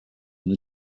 and